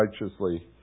righteously